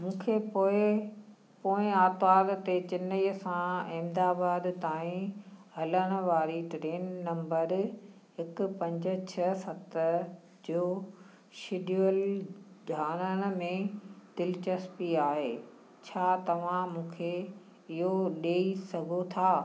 मूंखे पोएं पोएं आर्तवारु ते चेन्नईअ सां अहमदाबाद ताईं हलण वारी ट्रेन नंबर हिकु पंज छह सत जो शेड्यूल ॼाणण में दिलचस्पी आहे छा तव्हां मूंखे इहो ॾेई सघो था